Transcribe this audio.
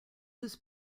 was